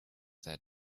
that